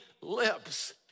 lips